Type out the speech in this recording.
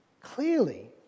clearly